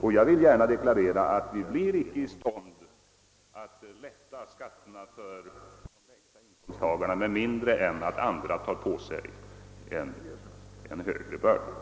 och jag vill gärna deklarera att vi inte blir i stånd att lindra skatterna för de lägsta inkomsttagarna med mindre än att andra tar på sig en större börda.